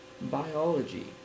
biology